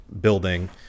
building